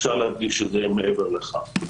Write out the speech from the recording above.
אפשר להדגיש את זה מעבר לכך.